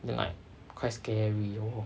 then like quite scary !whoa!